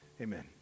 Amen